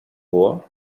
war